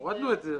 הורדנו את זה.